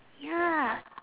ya